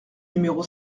numéro